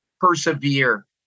persevere